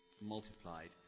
multiplied